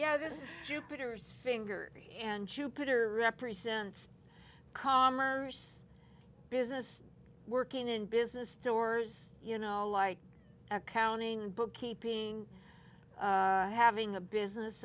yeah this is jupiter's finger and jupiter represents commerce business working in business stores you know like accounting and bookkeeping having a business